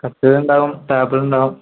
കട്ടിലുണ്ടാകും ടേബിളുണ്ടാകും